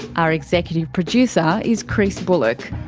our executive producer is chris bullock.